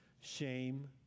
shame